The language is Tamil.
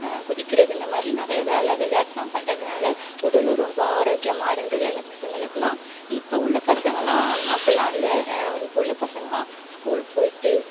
குதிக்கிறது இந்தமாதிரி நிறையா வேலை விளையாட்டுலாம் பண்ணுறதுனால உடலும் ரொம்ப ஆரோக்கியமாக இருந்தது அந்த பசங்களுக்கெல்லாம் இப்போ உள்ள பசங்களாம் அப்டில்லாம் இல்லை இப்போ உள்ள பசங்களாம் ஸ்கூல் போய்ட்டு